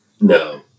no